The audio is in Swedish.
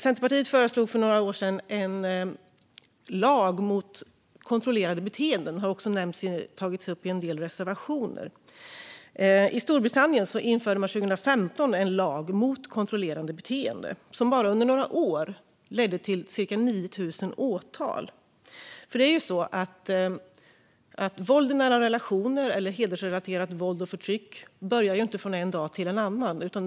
Centerpartiet föreslog för några år sedan en lag mot kontrollerande beteenden. Det har också tagits upp i en del reservationer. I Storbritannien införde man 2015 en lag mot kontrollerande beteenden, som bara under några år ledde till ca 9 000 åtal. Våld i nära relationer eller hedersrelaterat våld och förtryck börjar ju inte från en dag till en annan.